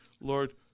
Lord